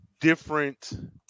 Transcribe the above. different